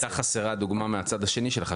כן, אבל הייתה חסרה דוגמה מהצד השני שלך.